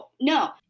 No